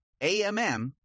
AMM